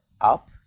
up